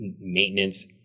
maintenance